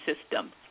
system